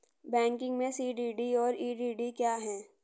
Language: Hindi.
बैंकिंग में सी.डी.डी और ई.डी.डी क्या हैं?